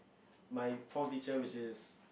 my form teacher which is